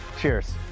Cheers